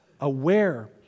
aware